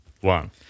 one